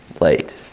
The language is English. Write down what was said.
late